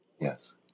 Yes